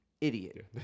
Idiot